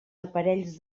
aparells